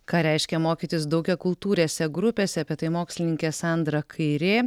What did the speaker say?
ką reiškia mokytis daugiakultūrėse grupėse apie tai mokslininkė sandra kairė